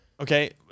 Okay